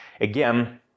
again